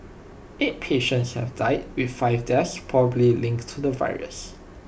eight patients have died with five deaths possibly linked to the virus